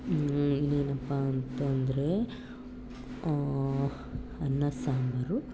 ಇನ್ನೇನಪ್ಪ ಅಂತ ಅಂದ್ರೆ ಅನ್ನ ಸಾಂಬಾರು